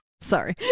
Sorry